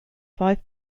five